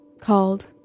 called